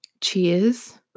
Cheers